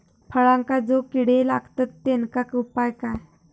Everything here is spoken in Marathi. फळांका जो किडे लागतत तेनका उपाय काय?